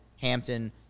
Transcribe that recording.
Hampton